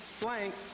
blank